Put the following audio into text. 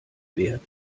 wert